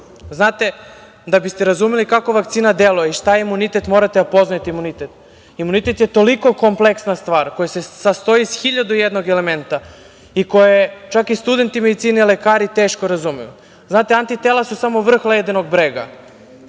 da biste razumeli kako vakcina deluje i šta je imunitet mora da poznajete imunitet. Imunitet je toliko kompleksna stvar koja se sastoji iz 1.001 elementa i koja je, čak i studenti medicine, lekari teško razumeju. Znate, antitela se samo vrh ledenog brega,